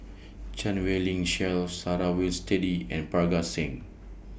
Chan Wei Ling Cheryl Sarah Winstedt and Parga Singh